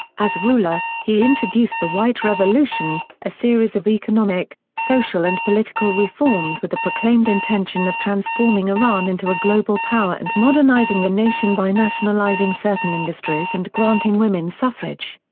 as ruler, he introduced the white revolution, a series of economic, social and political reforms with the proclaimed intention of transforming iran into a global power and modernizing the nation by nationalizing certain industries and granting women suffrage.